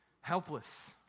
Helpless